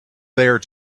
there